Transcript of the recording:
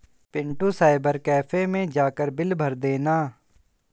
Pintu cyber cafe मैं जाकर bill भर देना